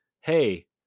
Hey